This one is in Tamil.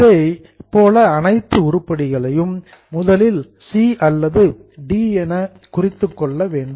இதைப்போல அனைத்து உருப்படிகளும் முதலில் சி அல்லது டி என குறித்துக் கொள்ள வேண்டும்